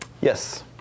Yes